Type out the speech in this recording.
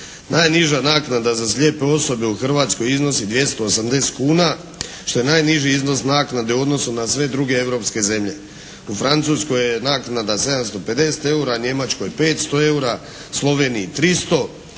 Najniža naknada za slijepe osobe u Hrvatskoj iznosi 280 kuna što je najniži iznos naknade u odnosu na sve druge europske zemlje. U naknadi je naknada 750 EUR-a, u Njemačkoj 500 EUR-a, u Sloveniji 300, u